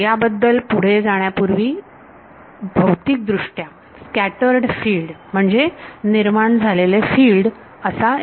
ह्या बद्दल पुढे जाण्यापूर्वी भौतिक दृष्ट्या स्कॅटर्ड फिल्ड म्हणजे निर्माण झालेले फिल्ड असा अर्थ होतो